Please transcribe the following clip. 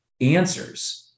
answers